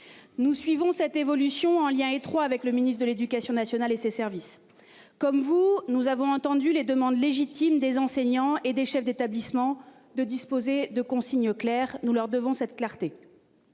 Nous suivons cette évolution en lien étroit avec le ministre de l'éducation nationale et ses services comme vous, nous avons entendu les demandes légitimes des enseignants et des chefs d'établissements de disposer de consignes claires. Nous leur devons cette clarté.